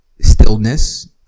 stillness